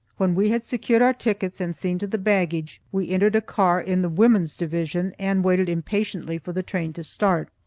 when we had secured our tickets and seen to the baggage we entered a car in the women's division and waited impatiently for the train to start.